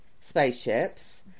spaceships